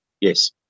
Yes